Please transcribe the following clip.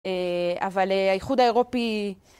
אבל האיחוד האירופי...